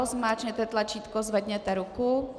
Zmáčkněte tlačítko, zvedněte ruku.